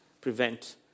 prevent